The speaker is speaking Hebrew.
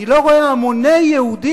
אני לא רואה המוני יהודים,